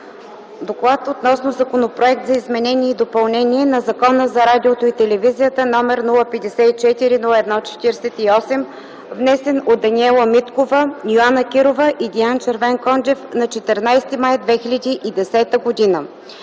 гласуване Законопроекта за изменение и допълнение на Закона за радиото и телевизията, № 054-01-48, внесен от Даниела Миткова, Йоана Кирова и Диан Червенкондев на 14 май 2010г.” На